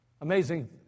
amazing